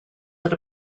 that